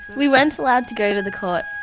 we weren't allowed to go to the court.